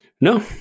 No